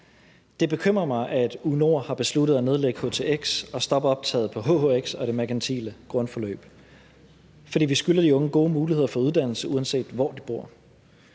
Det bekymrer mig, at U/NORD har besluttet at nedlægge htx og stoppe optaget på hhx og det merkantile grundforløb, for vi skylder de unge gode muligheder for uddannelse, uanset hvor de bor.